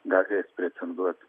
galės pretenduot